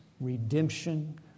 redemption